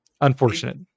Unfortunate